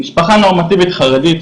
משפחה נורמטיבית חרדית,